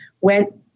went